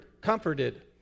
comforted